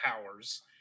powers